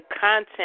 content